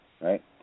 Right